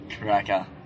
cracker